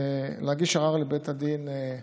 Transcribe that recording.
להגיש ערעור לבית המשפט לעניינים מינהליים.